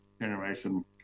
generation